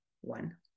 one